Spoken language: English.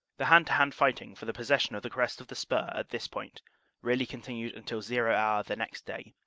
the hand-to-hand fighting for the possession of the crest of the spur at this point really continued until zero hour the next day,